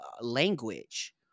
language